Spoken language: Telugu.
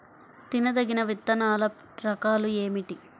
తినదగిన విత్తనాల రకాలు ఏమిటి?